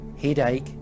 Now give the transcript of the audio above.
headache